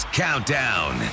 countdown